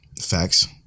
Facts